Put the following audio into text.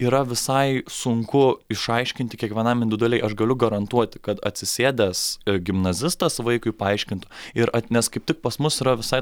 yra visai sunku išaiškinti kiekvienam individualiai aš galiu garantuoti kad atsisėdęs gimnazistas vaikui paaiškintų ir nes kaip tik pas mus yra visai